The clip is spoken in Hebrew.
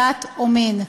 דת או מין.